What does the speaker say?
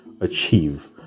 achieve